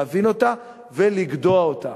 להבין אותה ולגדוע אותה.